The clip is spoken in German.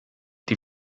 die